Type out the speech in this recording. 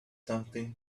something